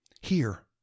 Here